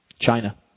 China